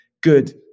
good